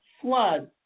flood